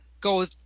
go